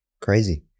crazy